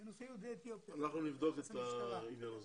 אנחנו נבדוק את העניין הזה.